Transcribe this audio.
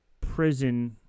prison